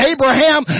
Abraham